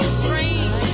strange